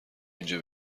اینجا